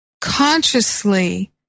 consciously